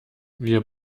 wir